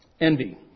envy